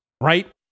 right